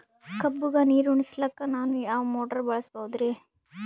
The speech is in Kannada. ಕಬ್ಬುಗ ನೀರುಣಿಸಲಕ ನಾನು ಯಾವ ಮೋಟಾರ್ ಬಳಸಬಹುದರಿ?